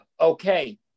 Okay